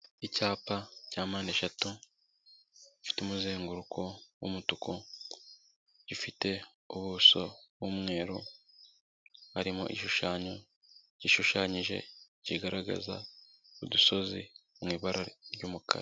Icyapa cya mpande eshatu, gifite umuzenguruko w'umutuku, gifite ubuso bw'umweru, harimo igishushanyo gishushanyije kigaragaza udusozi mu ibara ry'umukara.